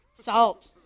Salt